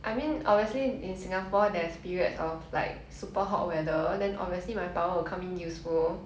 I mean obviously in singapore there's periods of like super hot weather then obviously my power will come in useful